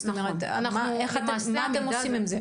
זאת אומרת, מה אתם עושים עם זה?